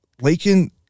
Lakin